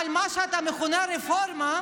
אבל מה שאתה מכנה "רפורמה",